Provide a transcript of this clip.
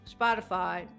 Spotify